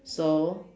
so